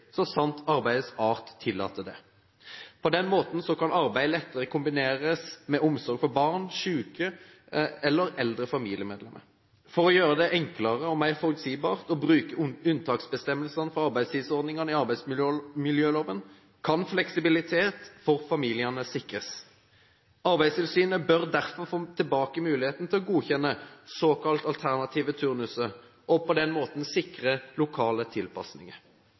så sant arbeidets art tillater det. På den måten kan arbeid lettere kombineres med omsorg for barn, syke eller eldre familiemedlemmer. Ved å gjøre det enklere og mer forutsigbart å bruke unntaksbestemmelsene for arbeidstidsordningene i arbeidsmiljøloven kan fleksibilitet for familiene sikres. Arbeidstilsynet bør derfor få tilbake muligheten til å godkjenne såkalt alternative turnuser og på den måten sikre lokale tilpasninger.